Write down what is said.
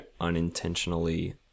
unintentionally